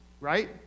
right